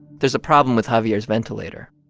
there's a problem with javier's ventilator.